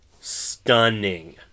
Stunning